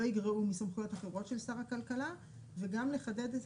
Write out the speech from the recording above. לא יגרעו מסמכויות אחרות של שר הכלכלה וגם לחדד את